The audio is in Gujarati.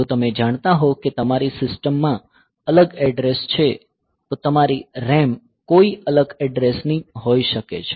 જો તમે જાણતા હોવ કે તમારી સિસ્ટમ માં અલગ એડ્રેસ છે તો તમારી RAM કોઈ અલગ એડ્રેસની હોઈ શકે છે